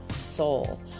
soul